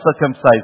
circumcised